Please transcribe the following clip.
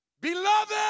Beloved